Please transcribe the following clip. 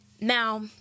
Now